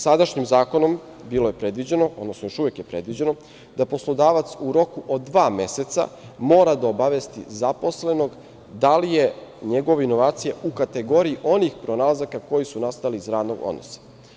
Sadašnjim zakonom bilo je predviđeno, odnosno još uvek je predviđeno da poslodavac u roku od dva meseca mora da obavesti zaposlenog da li je njegova inovacija u kategoriji onih pronalazaka koji su nastali iz radnog odnosa.